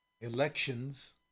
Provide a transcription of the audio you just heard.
elections